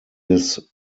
des